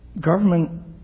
Government